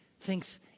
thinks